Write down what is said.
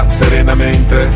serenamente